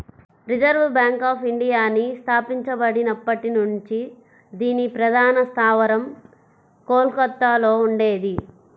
reserve bank of ఇండియాని స్థాపించబడినప్పటి నుంచి దీని ప్రధాన స్థావరం కోల్కతలో ఉండేది